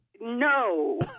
No